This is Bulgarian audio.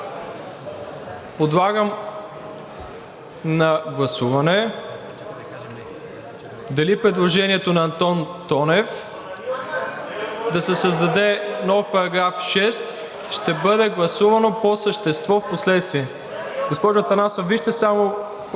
Подлагам на гласуване дали предложението на Антон Тонев – да се създаде нов § 6, ще бъде гласувано по същество впоследствие. Госпожо Атанасова, вижте само